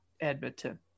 edmonton